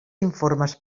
informes